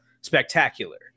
spectacular